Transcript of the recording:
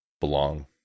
belong